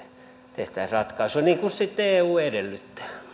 tehtäisiin ratkaisu niin kuin sitten eu edellyttää